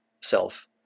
self